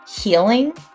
healing